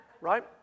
right